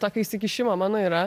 tokį įsikišimą mano yra